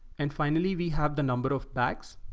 and finally we have the number of bags